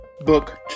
Book